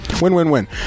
win-win-win